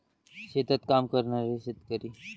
शेतात काम करणारे शेतकरी